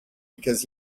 because